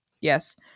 Yes